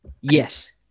Yes